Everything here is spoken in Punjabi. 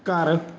ਘਰ